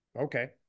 Okay